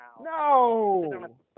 No